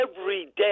everyday